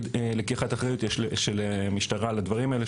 לקיחת אחריות יש של המשטרה על הדברים האלה,